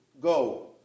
Go